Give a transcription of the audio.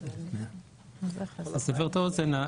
לסבר את האוזן,